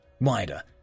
wider